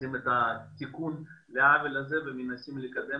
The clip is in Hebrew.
עושים את תיקון העוול הזה ומנסים לקדם